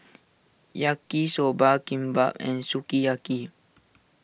Yaki Soba Kimbap and Sukiyaki